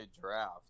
draft